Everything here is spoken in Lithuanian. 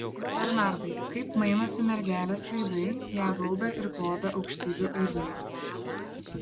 bernardai kaip mainosi mergelės veidai ją gaubia ir globia aukštybių aidai